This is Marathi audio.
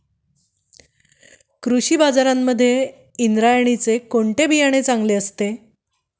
कृषी बाजारांमध्ये इंद्रायणीचे कोणते बियाणे चांगले असते?